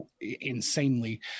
insanely